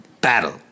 battle